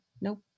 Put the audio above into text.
Nope